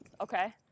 okay